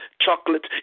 chocolate